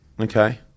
Okay